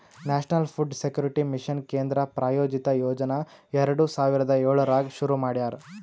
national food security mission ಕೇಂದ್ರ ಪ್ರಾಯೋಜಿತ ಯೋಜನಾ ಎರಡು ಸಾವಿರದ ಏಳರಾಗ್ ಶುರು ಮಾಡ್ಯಾರ